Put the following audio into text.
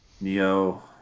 Neo